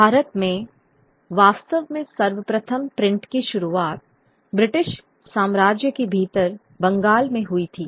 भारत में वास्तव में सर्वप्रथम प्रिंट की शुरुआत ब्रिटिश साम्राज्य के भीतर बंगाल में हुई थी